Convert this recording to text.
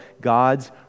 God's